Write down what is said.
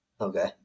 Okay